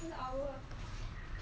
ah